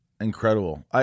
incredible